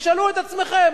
תשאלו את עצמכם,